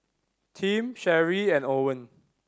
Tim Sherree and Owen